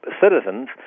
citizens